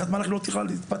קריית מלאכי לא תוכל להתפתח.